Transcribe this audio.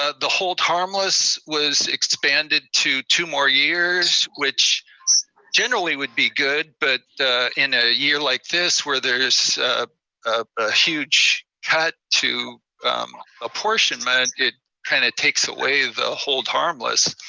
ah the hold harmless was expanded to two more years, which generally would be good, but in a year like this where there is a huge cut to apportionment, it kind of takes away the hold harmless.